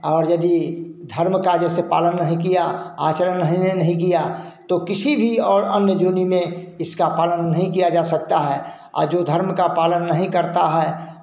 और यदि धर्म का जैसे पालन नहीं किया आचरण नहीं है नहीं किया तो किसी भी और अन्य दुनी में इसका पालन नहीं किया जा सकता है और जो धर्म का पालन नहीं करता है